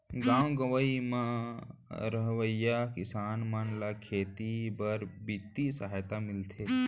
गॉव गँवई म रहवइया किसान मन ल खेती बर बित्तीय सहायता मिलथे